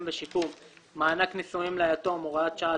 ושיקום)(מענק נישואין ליתום)(הוראת שעה),